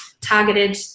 targeted